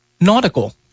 nautical